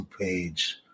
page